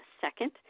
second